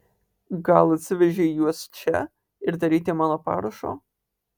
gal atsivežei juos čia ir tereikia mano parašo